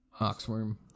Oxworm